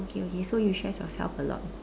okay okay so you stress yourself a lot